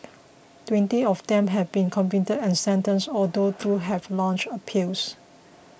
twenty of them have been convicted and sentenced although two have launched appeals